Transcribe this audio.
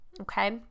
okay